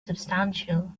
substantial